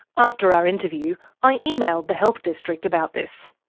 after our interview, i emailed the health district about this.